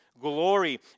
glory